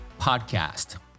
Podcast